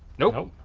nope.